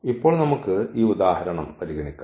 ഇപ്പോൾ നമുക്ക് ഈ ഉദാഹരണം പരിഗണിക്കാം